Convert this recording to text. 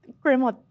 Grandma